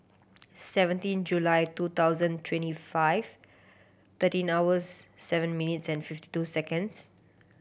seventeen July two thousand twenty five twenty hours seven minutes and fifty two seconds